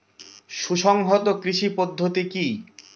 সুসংহত কৃষি পদ্ধতি কি?